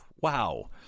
wow